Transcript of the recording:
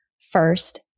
First